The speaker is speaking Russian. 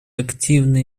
активный